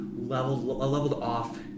leveled-off